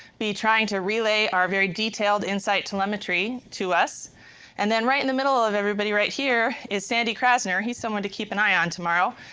be trying to relay our very detailed insight telemetry to us and then right in the middle of everybody, right here, is sandy krasner, he's someone to keep an eye on tomorrow,